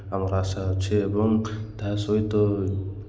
ଆମର ଆଶା ଅଛି ଏବଂ ତାହା ସହିତ